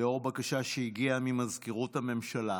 לאור בקשה שהגיעה ממזכירות הממשלה,